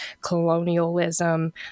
colonialism